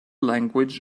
language